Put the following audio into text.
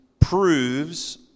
proves